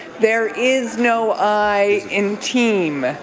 there is no i in team.